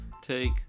take